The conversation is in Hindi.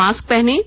मास्क पहनें